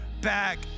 back